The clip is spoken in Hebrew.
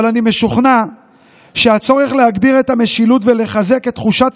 אבל אני משוכנע שהצורך להגביר את המשילות ולחזק את תחושת